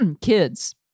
kids